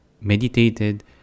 meditated